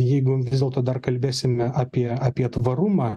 jeigu vis dėlto dar kalbėsim apie apie tvarumą